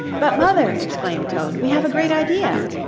but, mother, exclaimed toad, we have a great idea!